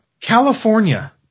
California